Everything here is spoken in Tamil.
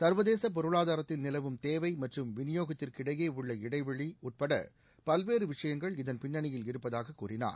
சர்வதேச பொருளாதாரத்தில் நிலவும் தேவை மற்றும் விநியோகத்திற்கு இடையே உள்ள இடைவெளி உட்பட பல்வேறு விஷயங்கள் இதன் பின்னணியில் இருப்பதாக கூறினார்